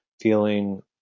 feeling